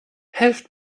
helft